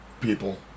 people